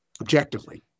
Objectively